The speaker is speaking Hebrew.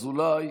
אזולאי,